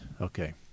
Okay